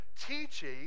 teaching